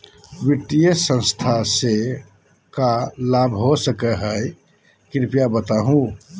वित्तीय संस्था से का का लाभ हो सके हई कृपया बताहू?